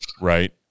right